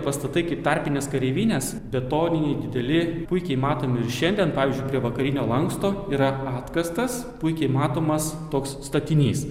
pastatai kaip tarpinės kareivinės betoniniai dideli puikiai matomi ir šiandien pavyzdžiui prie vakarinio lanksto yra atkastas puikiai matomas toks statinys